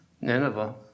Nineveh